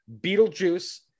Beetlejuice